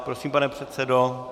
Prosím, pane předsedo.